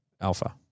Alpha